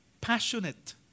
passionate